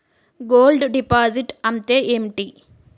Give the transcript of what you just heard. Gold deposit అంతే ఎంటి?